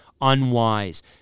unwise